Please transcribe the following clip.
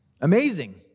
Amazing